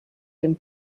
den